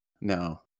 No